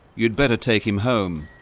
you'd better take him home.